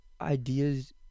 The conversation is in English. ideas